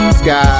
sky